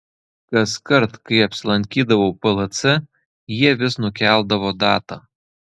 kaskart kai apsilankydavau plc jie vis nukeldavo datą